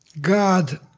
God